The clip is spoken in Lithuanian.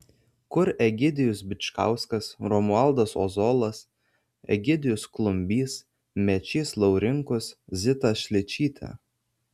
kur egidijus bičkauskas romualdas ozolas egidijus klumbys mečys laurinkus zita šličytė